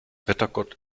wettergott